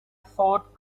thought